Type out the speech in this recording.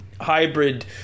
hybrid